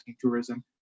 tourism